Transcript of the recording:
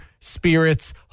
spirits